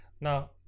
Now